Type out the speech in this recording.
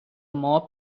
mob